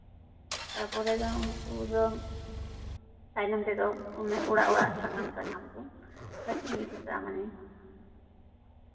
ᱛᱟᱯᱚᱨᱮ ᱫᱚ ᱩᱝᱠᱩ ᱫᱚ ᱛᱟᱭᱱᱚᱢ ᱛᱮᱫᱚ ᱚᱱᱮ ᱚᱲᱟᱜ ᱚᱲᱟᱜ ᱥᱟᱠᱟᱢ ᱥᱟᱠᱟᱢ ᱠᱚ ᱦᱟᱹᱴᱤᱧ ᱚᱴᱚ ᱠᱟᱜᱼᱟ ᱢᱟᱱᱮ